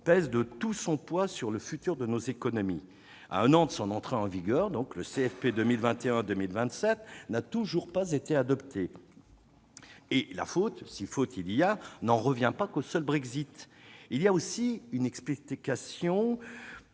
pèsent de tout leur poids sur le futur de nos économies. À un an de son entrée en vigueur, le CFP 2021-2027 n'a donc toujours pas été adopté. Et la faute, si faute il y a, n'en revient pas uniquement au seul Brexit ; il y a aussi une explication